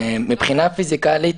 מבחינת פיזיקלית,